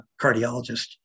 cardiologist